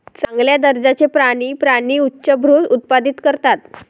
चांगल्या दर्जाचे प्राणी प्राणी उच्चभ्रू उत्पादित करतात